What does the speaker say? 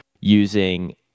using